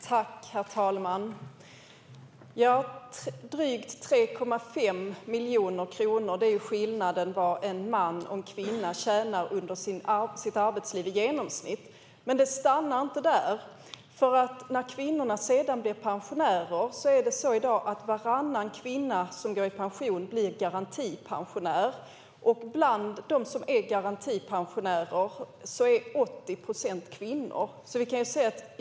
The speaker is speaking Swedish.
Herr talman! Drygt 3,5 miljoner kronor är skillnaden i genomsnitt mellan vad en man och en kvinna tjänar under sitt arbetsliv. Men det stannar inte där. När kvinnorna sedan blir pensionärer blir varannan kvinna garantipensionär, och av garantipensionärerna är 80 procent kvinnor.